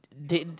dead